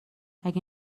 اگه